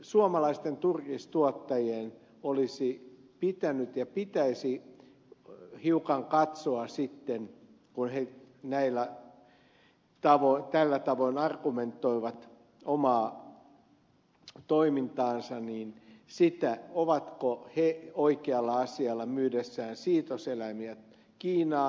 suomalaisten turkistuottajien olisi pitänyt ja pitäisi hiukan katsoa sitten kun he tällä tavoin argumentoivat omaa toimintaansa sitä ovatko he oikealla asialla myydessään siitoseläimiä kiinaan